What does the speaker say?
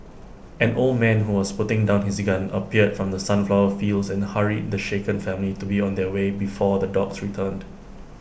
an old man who was putting down his gun appeared from the sunflower fields and hurried the shaken family to be on their way before the dogs returned